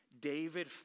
David